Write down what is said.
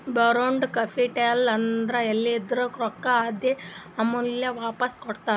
ಬಾರೋಡ್ capital ಅಂದುರ್ ಎಲಿಂದ್ರೆ ರೊಕ್ಕಾ ತಂದಿ ಆಮ್ಯಾಲ್ ವಾಪಾಸ್ ಕೊಡ್ತಾರ